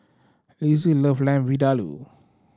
Lissie love Lamb Vindaloo